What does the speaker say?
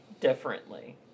differently